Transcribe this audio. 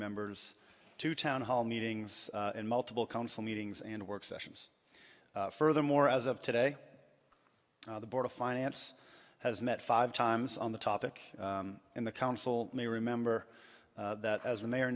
members to town hall meetings and multiple council meetings and work sessions furthermore as of today the board of finance has met five times on the topic and the council may remember that as the mayor